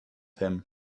him